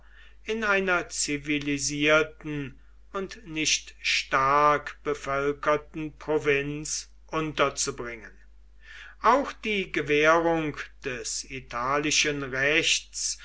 in einer zivilisierten und nicht stark bevölkerten provinz unterzubringen auch die gewährung des italischen rechts